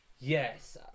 Yes